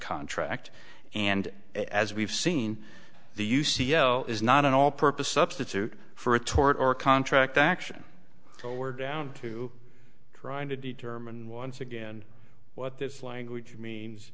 contract and as we've seen the u c l is not an all purpose substitute for a tort or contract action so we're down to trying to determine once again what this language means